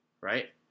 right